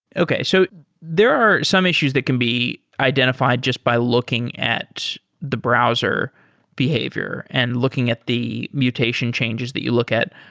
okay. so there are some issues that can be identified just by looking at the browser behavior and looking at the mutation changes that you look at,